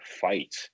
fight